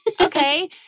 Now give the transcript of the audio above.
okay